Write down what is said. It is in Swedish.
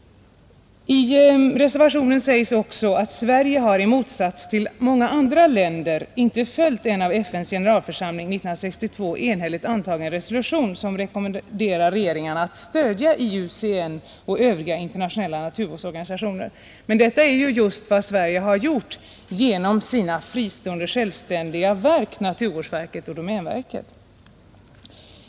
I reservationen sägs också att Sverige i motsats till många andra länder inte har följt den av FN:s generalförsamling 1962 enhälligt antagna resolution som rekommenderar regeringarna att stödja IUCN och övriga internationella naturvårdsorganisationer. Men detta är just vad Sverige har gjort genom sina fristående självständiga verk — naturvårdsverket och domänverket.